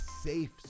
safe